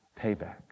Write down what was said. payback